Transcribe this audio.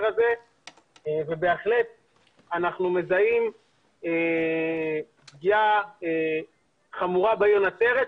הזה ובהחלט אנחנו מזהים פגיעה חמורה בעיר נצרת,